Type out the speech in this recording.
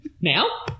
Now